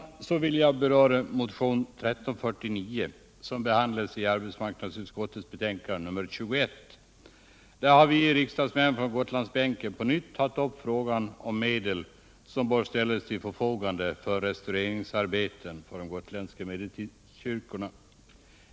Jag vill så beröra motionen 1349, som behandlas i arbetsmarknadsutskottets betänkande 21. I denna har vi riksdagsmän på Gotlandsbänken på nytt tagit upp frågan om medel som bör ställas till förfogande för restaurering av de gotländska medeltidskyrkorna.